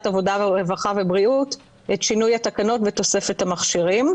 עבודה רווחה ובריאות את שינוי התקנות ותוספת המכשירים,